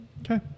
Okay